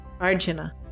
Arjuna